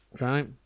Right